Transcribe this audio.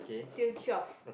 till twelve